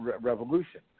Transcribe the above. revolution